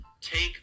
Take